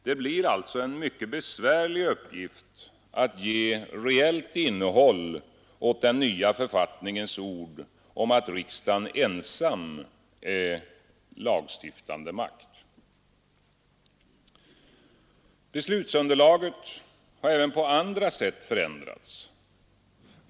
Det blir alltså en mycket besvärlig uppgift att ge något reellt innehåll åt den nya författningens ord om att riksdagen ensam är lagstiftande makt. Beslutsunderlaget har även på andra sätt förändrats.